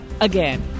Again